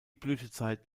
blütezeit